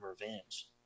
revenge